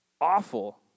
awful